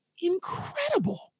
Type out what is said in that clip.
incredible